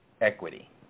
equity